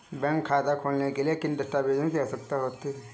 Bank खाता खोलने के लिए किन दस्तावेज़ों की आवश्यकता होती है?